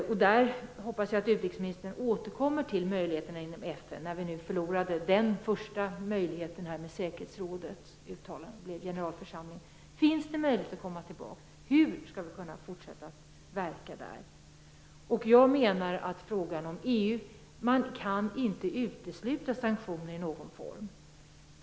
Där hoppas jag att utrikesministern återkommer till möjligheterna inom FN när vi nu förlorade den första möjligheten med generalförsamlingens uttalande. Finns det möjlighet att komma tillbaka? Hur skall vi kunna fortsätta att verka där? Jag menar att man inte kan utesluta sanktioner i någon form.